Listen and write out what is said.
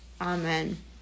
Amen